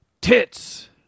tits